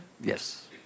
Yes